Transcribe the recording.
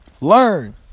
learn